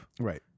Right